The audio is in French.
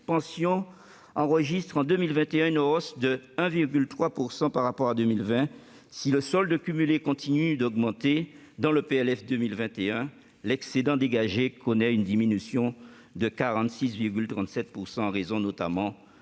Pensions » enregistreront en 2021 une hausse de 1,03 % par rapport à 2020. Si le solde cumulé continue d'augmenter dans le PLF pour 2021, l'excédent dégagé connaît une diminution de 46,37 %, en raison notamment du gel